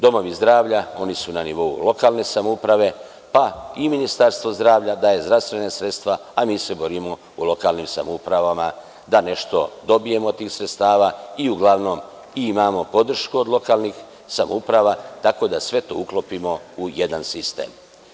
Domovi zdravlja, oni su na nivou lokalne samouprave, pa i Ministarstvo zdravlja daje zdravstvena sredstva a mi se borimo u lokalnim samoupravama da nešto dobijemo od tih sredstava i uglavnom i imamo podršku od lokalnih samouprava, tako da sve to uklopimo u jedan sistem.